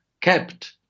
kept